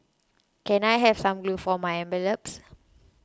can I have some glue for my envelopes